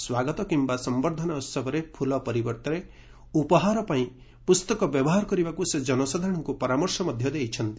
ସ୍ୱାଗତ କିମ୍ବା ସମ୍ଭର୍ଦ୍ଧନା ଉହବରେ ଫୁଲ ପରିବର୍ତ୍ତେ ଉପହାର ପାଇଁ ପୁସ୍ତକ ବ୍ୟବହାର କରିବାକୁ ସେ ଜନସାଧାରଣଙ୍କୁ ପରାମର୍ଶ ଦେଇଛନ୍ତି